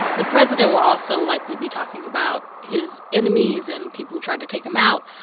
the president will also likely be talking about his enemies and people who tried to take him out.